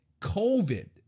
COVID